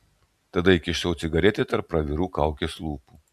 tada įkišau cigaretę tarp pravirų kaukės lūpų